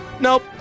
Nope